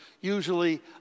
Usually